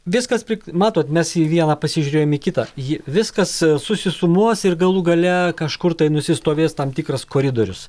viskas prik matot mes į vieną pasižiūrėjom į kitą ji viskas susisumuos ir galų gale kažkur tai nusistovės tam tikras koridorius